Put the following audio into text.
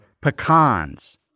pecans